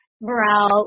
morale